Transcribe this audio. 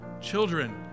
children